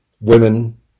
Women